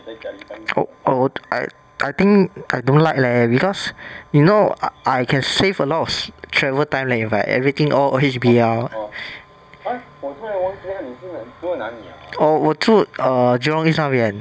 oh oh I I think I don't like leh because you know I I can save a lot travel time leh if I everything all all H_B_L oh 我住 err jurong east 那边